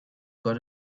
got